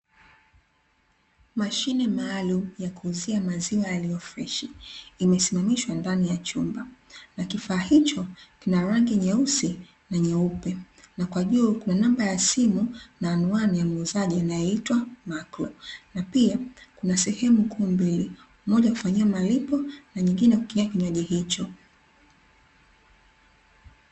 Mashine maalumu ya kuuzia maziwa yaliyo freshi imesimamishwa ndani ya chumba nakifaa hicho kina rangi nyeusi na nyeupe, na kwa juu kuna namba ya simu na anuani ya muuzaji anaitwa "MARKO" na pia kuna sehemu kuu mbili moja ya kufanyia malipo na nyingine ya kukingia kinywaji hicho.